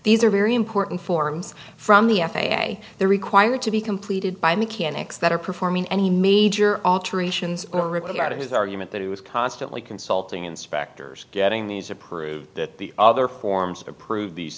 these are very important forms from the f a a they're required to be completed by mechanics that are performing any major alterations in regard to his argument that he was constantly consulting inspectors getting these approved that the other forms approve these